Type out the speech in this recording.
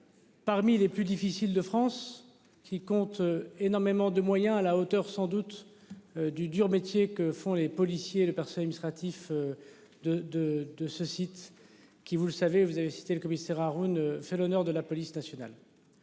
Parmi les plus difficiles de France qui compte énormément de moyens à la hauteur sans doute. Du dur métier que font les policiers et les parce illustratif. De de de ce site qui vous le savez, vous avez cité le commissaire Haroun fait l'honneur de la police nationale.